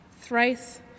thrice